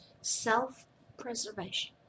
self-preservation